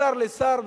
משר לשר,